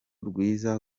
rwiza